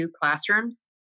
classrooms